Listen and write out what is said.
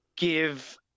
give